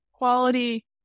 Quality